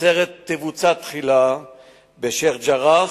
העצרת תבוצע תחילה בשיח'-ג'ראח,